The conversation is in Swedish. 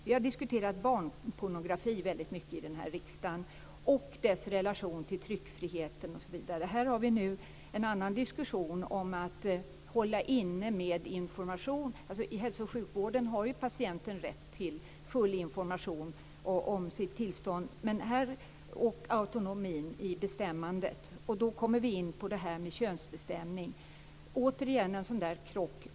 Vi har väldigt mycket i riksdagen diskuterat barnpornografi och dess relation till tryckfriheten osv. Här har vi en annan diskussion om att hålla inne med information. Inom hälso och sjukvården har patienten rätt till full information om sitt tillstånd och autonomi i bestämmandet. Då kommer vi in på frågan om könsbestämning. Det är återigen en sådan krock.